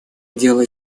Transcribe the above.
дело